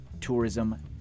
tourism